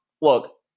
Look